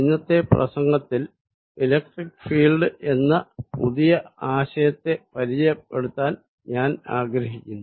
ഇന്നത്തെ പ്രസംഗത്തിൽ electric field എന്ന പുതിയ ആശയത്തെ പരിചയപ്പെടുത്താൻ ഞാൻ ആഗ്രഹിക്കുന്നു